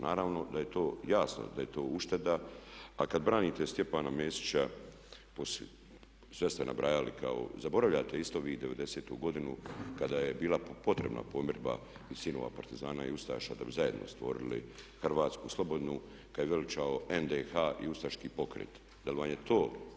Naravno da je to jasno, da je to ušteda a kad branite Stjepana Mesića, sve ste nabrajali, zaboravljate isto vi 90.-tu godinu kada je bila potrebna pomirba i sinova Partizana i Ustaša da bi zajedno stvorili Hrvatsku slobodnu, kad je veličao NDH i ustaški pokret, zar vam je to?